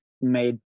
made